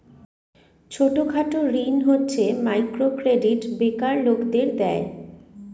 ছোট খাটো ঋণ হচ্ছে মাইক্রো ক্রেডিট বেকার লোকদের দেয়